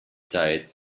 diet